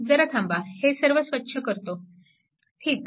जरा थांबा हे सर्व स्वच्छ करतो ठीक